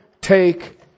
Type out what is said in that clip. take